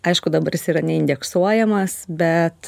aišku dabar jis yra neindeksuojamas bet